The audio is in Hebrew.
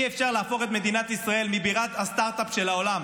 אי-אפשר להפוך את מדינת ישראל מבירת הסטרטאפ של העולם,